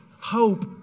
hope